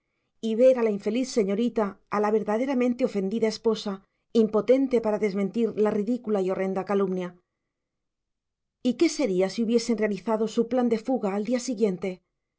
y ver a la infeliz señorita a la verdaderamente ofendida esposa impotente para desmentir la ridícula y horrenda calumnia y qué sería si hubiesen realizado su plan de fuga al día siguiente